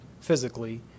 physically